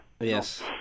Yes